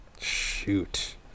Shoot